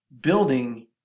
building